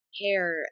hair